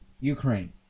Ukraine